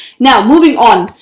now moving on.